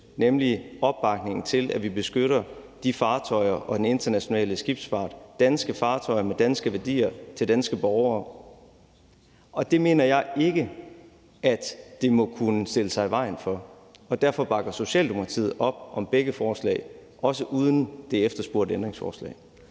nemlig opbakning til, at vi beskytter de fartøjer og den internationale skibsfart, altså danske fartøjer og danske værdier for danske borgere. Det mener jeg ikke at det må kunne stille sig i vejen for, og derfor bakker Socialdemokratiet op om begge forslag, også uden det efterspurgte ændringsforslag.